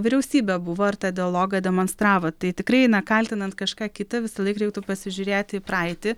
vyriausybė buvo ar tą dialogą demonstravo tai tikrai na kaltinant kažką kitą visąlaik reiktų pasižiūrėti į praeitį